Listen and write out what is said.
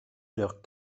leurs